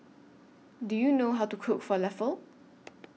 Do YOU know How to Cook Falafel